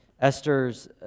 Esther's